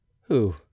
Who